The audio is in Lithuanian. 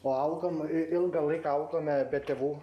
o augom ilgą laiką augome be tėvų